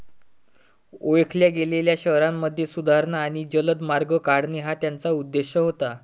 ओळखल्या गेलेल्या शहरांमध्ये सुधारणा आणि जलद मार्ग काढणे हा त्याचा उद्देश होता